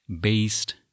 based